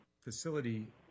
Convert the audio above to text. facility